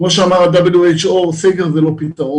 כמו שאמר ה-WHO סגר הוא לא פתרון,